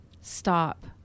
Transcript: stop